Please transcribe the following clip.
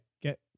get